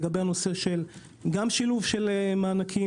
לגבי הנושא של גם שילוב של מענקים,